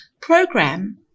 program